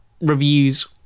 reviews